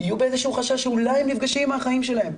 יהיו באיזה שהוא חשש שאולי הם נפגשים עם האחאים שלהם.